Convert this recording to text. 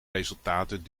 resultaten